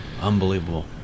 Unbelievable